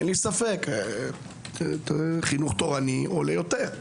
אין לי ספק, חינוך תורני עולה יותר.